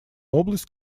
область